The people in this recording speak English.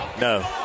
No